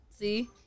See